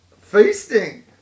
Feasting